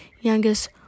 youngest